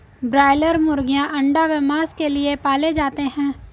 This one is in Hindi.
ब्रायलर मुर्गीयां अंडा व मांस के लिए पाले जाते हैं